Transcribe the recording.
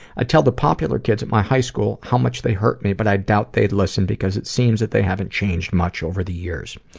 i'd tell the popular kids at my high school how much they hurt me, but i doubt they'd listen, because it seems that they haven't changed much over the years.